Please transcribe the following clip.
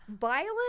Violent